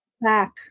back